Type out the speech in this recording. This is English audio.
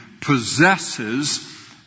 possesses